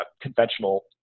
conventional